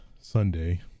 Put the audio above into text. Sunday